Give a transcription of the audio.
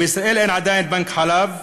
בישראל אין עדיין בנק חלב.